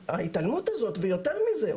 התעלמות, ויותר מזה,